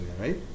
right